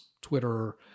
Twitter